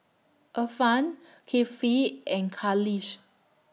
Irfan Kifli and Khalish